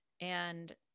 and-